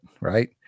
right